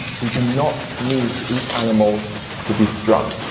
we do not need to eat animals to be strong.